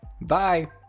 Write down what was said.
Bye